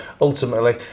ultimately